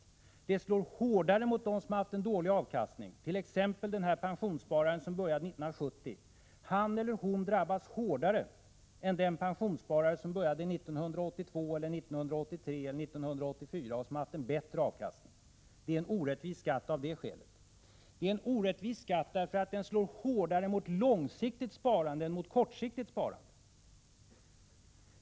Skatten slår hårdare mot dem som har haft en dålig avkastning på sitt sparande, t.ex. den pensionssparare som började spara 1970. Han eller hon drabbas hårdare än den pensionssparare som började spara 1982, 1983 eller 1984 och som haft en bättre avkastning. Det är en orättvis skatt av det skälet. Det är en orättvis skatt därför att den slår hårdare mot långsiktigt sparande än mot kortsiktigt.